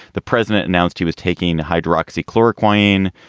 the president announced he was taking hydroxy chloroquine,